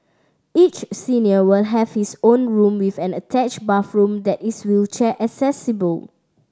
each senior will have his own room with an attached bathroom that is wheelchair accessible